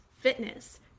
Fitness